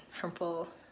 harmful